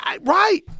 right